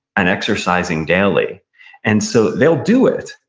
and exercising daily and so they'll do it.